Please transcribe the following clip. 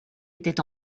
était